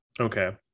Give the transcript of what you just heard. Okay